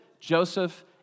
Joseph